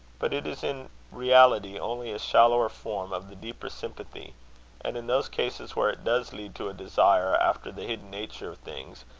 but it is in reality only a shallower form of the deeper sympathy and in those cases where it does lead to a desire after the hidden nature of things,